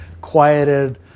quieted